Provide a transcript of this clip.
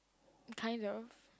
kind of